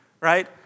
right